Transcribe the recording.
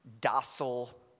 docile